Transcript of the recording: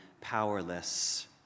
powerless